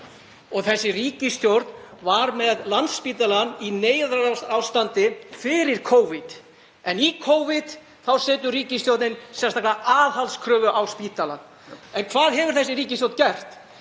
Þessi ríkisstjórn var með Landspítalann í neyðarástandi fyrir Covid, en í Covid setur ríkisstjórnin sérstaka aðhaldskröfu á spítala. En hvað hefur þessi ríkisstjórn gert?